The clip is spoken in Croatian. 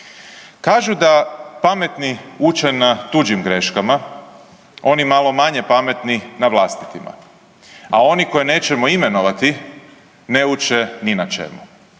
Kažu da pametni uče na tuđim greškama, oni malo manje pametni, na vlastitima, a oni koje nećemo imenovati, ne uče ni na čemu.